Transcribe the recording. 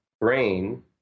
brain